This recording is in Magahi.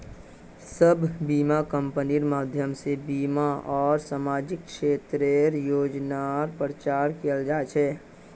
सब बीमा कम्पनिर माध्यम से बीमा आर सामाजिक क्षेत्रेर योजनार प्रचार कियाल जा छे